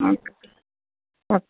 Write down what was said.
ஆ okay